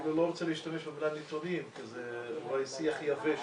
אפילו לא רוצה להשתמש במילה נתונים כי זה אולי שיח יבש,